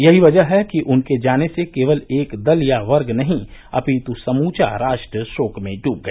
यही वजह है कि उनके जाने से केवल एक दल या वर्ग नही अपितु समूचा राष्ट्र शोक में डूब गया